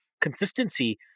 consistency